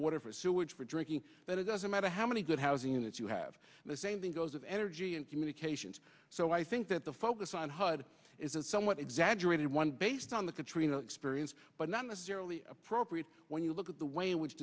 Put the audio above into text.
water for sewage for drinking then it doesn't matter how many good housing units you have the same thing goes of energy and communications so i think that the focus on hud is a somewhat exaggerated one based on the katrina experience but not necessarily appropriate when you look at the way in which